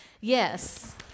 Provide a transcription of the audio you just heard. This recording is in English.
Yes